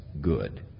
good